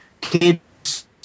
kids